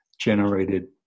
generated